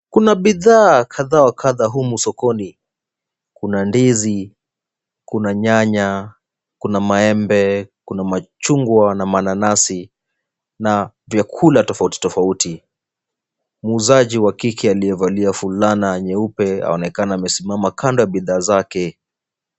Kuna bidhaa kadha wa kadha humu sokoni. Kuna ndizi, kuna nyanya, kuna maembe, kuna machungwa na mananasi na vyakula tofauti tofauti. Muuzaji wa kike aliyevalia fulana nyeupe aonekana amesimama kando ya bidhaa zake.